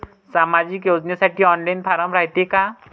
सामाजिक योजनेसाठी online form रायते का?